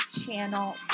Channel